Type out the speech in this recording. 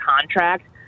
contract